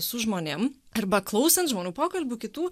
su žmonėm arba klausant žmonių pokalbių kitų